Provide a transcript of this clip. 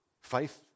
Faith